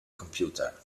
computer